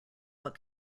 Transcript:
what